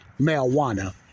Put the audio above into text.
marijuana